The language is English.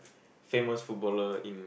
famous footballer in